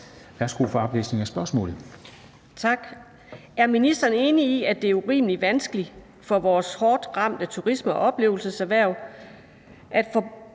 Værsgo for oplæsning af spørgsmålet.